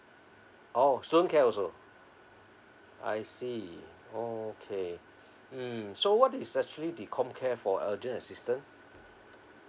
oh student care also I see okay mm so what is actually the comcare for urgent assistance